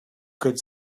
could